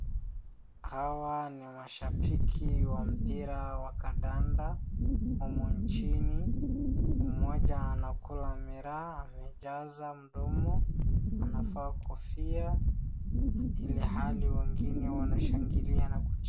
Hawa ni mashambiki wa mpira wa kadada humu nchini. Mmoja anakula miraa, amejaza mdomo anavaa kofia ilhali wengine wanashangilia na kucheka.